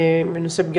בוקר טוב לכולם,